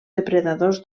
depredadors